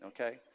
okay